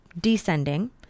descending